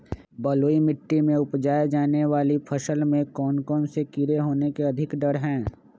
बलुई मिट्टी में उपजाय जाने वाली फसल में कौन कौन से कीड़े होने के अधिक डर हैं?